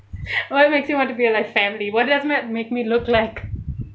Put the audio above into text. what makes you want to be alive family what does that make me look like